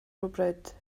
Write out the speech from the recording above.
rhywbryd